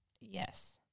Yes